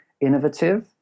innovative